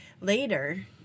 Later